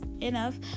enough